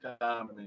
time